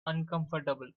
uncomfortable